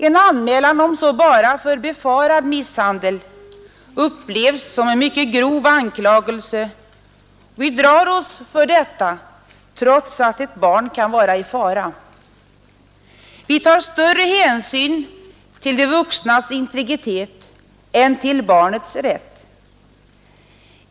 En anmälan om så bara för befarad misshandel upplevs som en mycket grov anklagelse. Vi drar oss för detta trots att ett barn kan vara i fara, Vi tar större hänsyn till de vuxnas integritet än till barnets rätt.